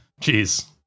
Jeez